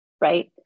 right